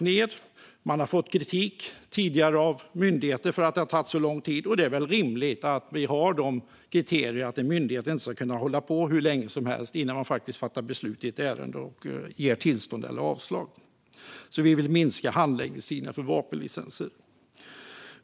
Man har tidigare fått kritik av myndigheter för att det har tagit så lång tid, och det är väl rimligt att vi har som kriterium att en myndighet inte ska kunna hålla på hur länge som helst innan den faktiskt fattar beslut i ett ärende och ger tillstånd eller avslag. Vi vill alltså att handläggningstiderna för vapenlicenser minskas.